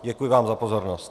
Děkuji vám za pozornost.